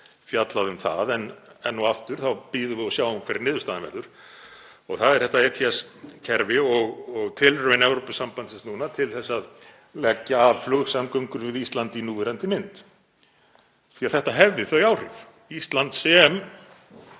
fjallaði um það. En enn og aftur þá bíðum við og sjáum hver niðurstaðan verður varðandi þetta ETS-kerfi og tilraun Evrópusambandsins núna til að leggja af flugsamgöngur við Ísland í núverandi mynd, því að þetta hefði þau áhrif. Ísland sem